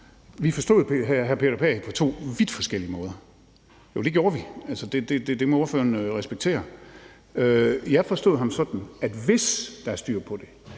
Vi forstod hr. Peter Pagh på to vidt forskellige måder. Jo, det gjorde vi! Det må ordføreren respektere. Jeg forstod ham sådan, at hvis der er styr på det,